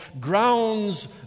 grounds